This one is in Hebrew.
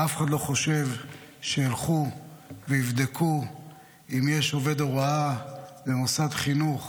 ואף אחד לא חושב שילכו ויבדקו אם יש עובד הוראה במוסד חינוך